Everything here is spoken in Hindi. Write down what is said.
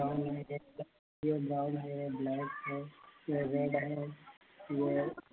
ब्राउन है ये ब्राउन है यह ब्लैक है या रेड है यह है